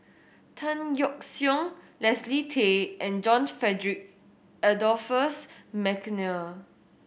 Tan Yeok Seong Leslie Tay and John Frederick Adolphus McNair